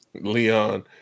Leon